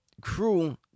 crew